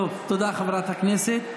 תודה, חברת הכנסת.